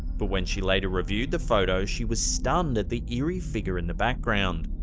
but when she later reviewed the photo, she was stunned at the eerie figure in the background.